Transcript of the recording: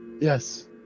Yes